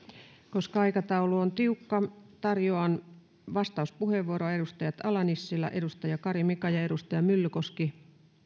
koska aikataulu on tiukka tarjoan vastauspuheenvuoroa edustajille ala nissillä kari mika ja myllykoski